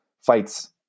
fights